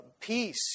peace